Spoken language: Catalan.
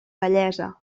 bellesa